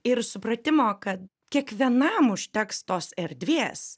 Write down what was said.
ir supratimo kad kiekvienam užteks tos erdvės